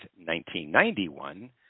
1991